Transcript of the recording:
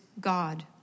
God